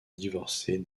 divorcer